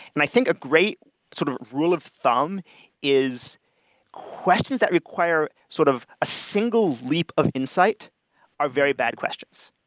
and i think a great sort of rule of thumb is questions that require sort of a single leap of insight are very bad questions,